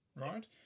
right